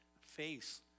face